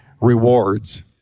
rewards